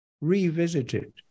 Revisited